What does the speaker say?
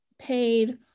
paid